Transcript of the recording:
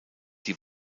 die